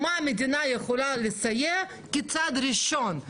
מה המדינה יכולה לסייע כצעד ראשון?